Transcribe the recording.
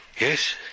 Yes